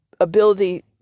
ability